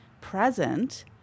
present